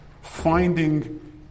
finding